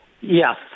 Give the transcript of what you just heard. Yes